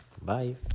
Bye